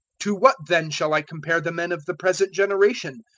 to what then shall i compare the men of the present generation,